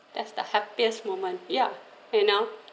that's the happiest moment ya you know